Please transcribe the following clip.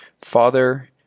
father